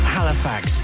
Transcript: Halifax